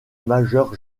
majeur